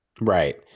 Right